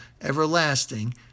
everlasting